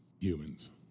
Humans